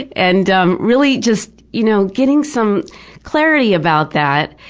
and and um really, just you know getting some clarity about that,